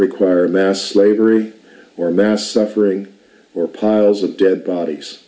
require mass lavery or mass suffering or piles of dead bodies